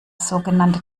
sogenannte